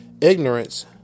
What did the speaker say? Ignorance